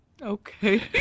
Okay